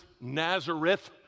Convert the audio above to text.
Nazareth